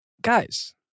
Guys